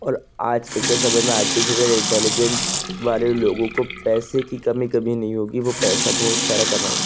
और आज कल के समय में आर्टीफिशल इंटेलिजेंस वाले लोगों को पैसे की कमी कभी नहीं होगी वो पैसा बहुत सारा कमाएंगे